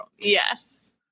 Yes